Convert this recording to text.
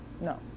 no